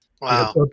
Wow